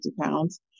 pounds